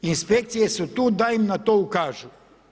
Inspekcije su tu da im na to ukažemo.